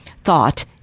thought